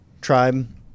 tribe